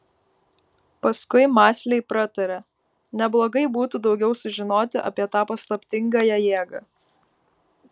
paskui mąsliai pratarė neblogai būtų daugiau sužinoti apie tą paslaptingąją jėgą